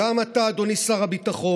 גם אתה, אדוני שר הביטחון,